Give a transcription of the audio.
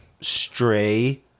Stray